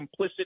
complicit